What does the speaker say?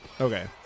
Okay